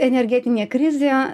energetinė krizė